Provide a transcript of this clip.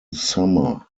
summer